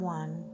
one